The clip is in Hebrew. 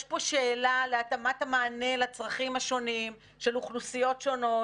יש פה שאלה להתאמת המענה לצרכים השונים של אוכלוסיות שונות,